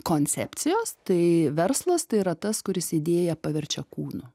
koncepcijos tai verslas tai yra tas kuris idėją paverčia kūnu